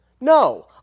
No